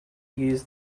use